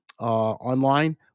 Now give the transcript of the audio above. online